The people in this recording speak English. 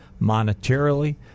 monetarily